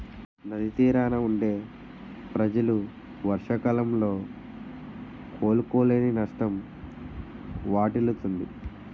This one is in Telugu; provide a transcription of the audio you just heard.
నది తీరాన వుండే ప్రజలు వర్షాకాలంలో కోలుకోలేని నష్టం వాటిల్లుతుంది